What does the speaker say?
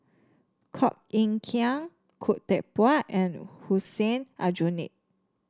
Koh Eng Kian Khoo Teck Puat and Hussein Aljunied